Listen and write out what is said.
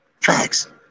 Facts